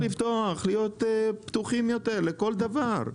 צריך להיות פתוחים לכל דבר.